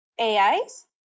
ais